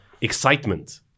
excitement